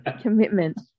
Commitment